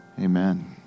Amen